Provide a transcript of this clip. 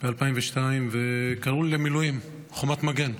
ב-2002 וקראו לי למילואים, בחומת מגן.